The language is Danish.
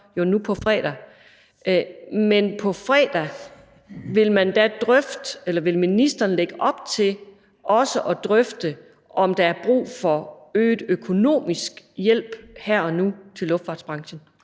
nu her på fredag. Men vil ministeren på fredag lægge op til også at drøfte, om der er brug for økonomisk hjælp her og nu til luftfartsbranchen?